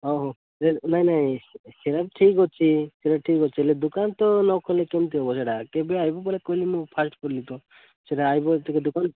ଓହୋ ନାଇଁ ନାଇଁ ସେଇଟା ଠିକ୍ ଅଛି ସେଇଟା ଠିକ୍ ଅଛି ହେଲେ ଦୋକାନ ତ ନ ଖୁଲିଲେ କେମିତି ହେବ ସେଇଟା କେବେ ଆସିବୁ ବୋଲେ କହିଲେ ମୁଁ ଫାଷ୍ଟ ଖୋଲିବି କହ ସେଇଟା ଆସିବ ଯେତେବେଳେ ଦୋକାନ